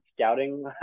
scouting